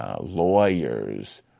lawyers